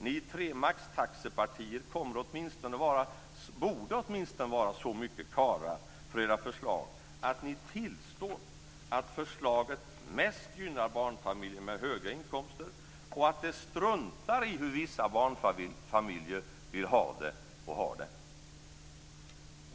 Ni tre maxtaxepartier borde åtminstone vara så mycket "karlar" för era förslag att ni tillstår att det här förslaget mest gynnar barnfamiljer med höga inkomster och att det struntar i hur vissa barnfamiljer vill ha det, och har det.